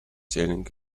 sailing